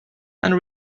and